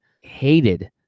hated